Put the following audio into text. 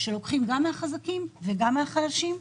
שלוקחים גם מהחזקים וגם מהחלשים,